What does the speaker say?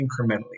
incrementally